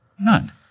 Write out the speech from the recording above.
None